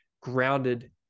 grounded